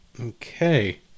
Okay